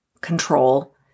control